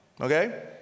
Okay